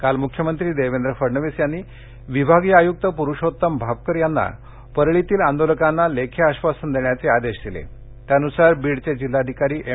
काल म्ख्यमंत्री देवेंद्र फडणवीस यांनी विभागीय आयुक्त पुरुषोत्तम भापकर यांना परळीतील आंदोलकांना लेखी आश्वासन देण्याचे आदेश दिले त्यानुसार बीडचे जिल्हाधिकारी एम